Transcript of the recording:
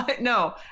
No